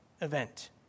event